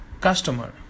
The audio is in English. customer